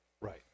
right